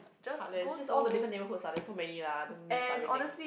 heartlands just all the different neighbourhoods lah there's so many lah don't need list out everything